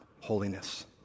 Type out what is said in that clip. holiness